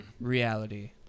reality